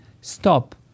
stop